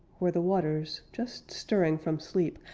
where the waters, just stirring from sleep,